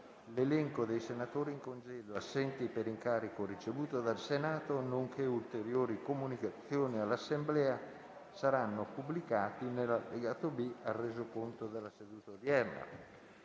L'elenco dei senatori in congedo e assenti per incarico ricevuto dal Senato, nonché ulteriori comunicazioni all'Assemblea saranno pubblicati nell'allegato B al Resoconto della seduta odierna.